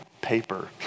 paper